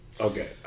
Okay